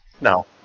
No